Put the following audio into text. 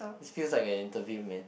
is feels like an interview man